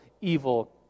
evil